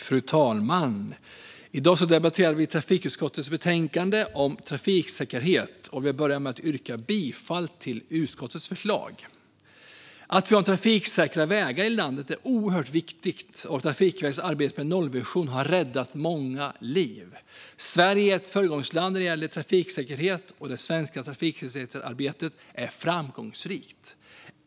Fru talman! I dag debatterar vi trafikutskottets betänkande om trafiksäkerhet. Jag vill börja med att yrka bifall till utskottets förslag. Att vi har trafiksäkra vägar i landet är oerhört viktigt, och Trafikverkets arbete med en nollvision har räddat många liv. Sverige är ett föregångsland när det gäller trafiksäkerhet, och det svenska trafiksäkerhetsarbetet är framgångsrikt.